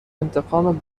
انتقام